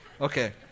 okay